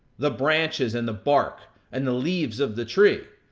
the branches and the bark, and the leaves of the tree.